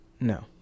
No